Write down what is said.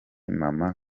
mama